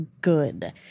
good